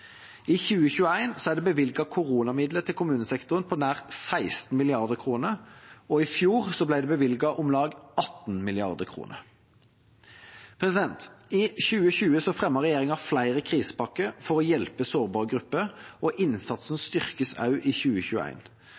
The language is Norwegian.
I 2021 er det bevilget koronamidler til kommunesektoren på nær 16 mrd. kr, og i fjor ble det bevilget om lag 18 mrd. kr. I 2020 fremmet regjeringa flere krisepakker for å hjelpe sårbare grupper, og innsatsen styrkes også i